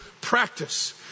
practice